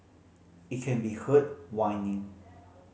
it can be heard whining